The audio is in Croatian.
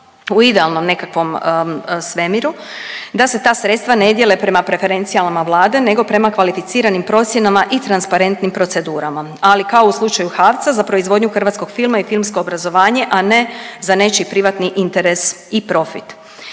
u idealnom nekakvom svemiru da se ta sredstava ne dijele prema preferencijama Vlade nego prema kvalificiranim procjenama i transparentnim procedurama, ali kao u slučaju HAVC-a za proizvodnju hrvatskog filma i filmsko obrazovanje, a ne za nečiji privatni interes i profit.